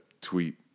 tweet